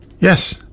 yes